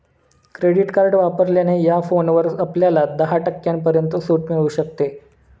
credit card वापरल्याने या फोनवर आपल्याला दहा टक्क्यांपर्यंत सूट मिळू शकते